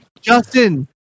Justin